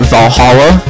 Valhalla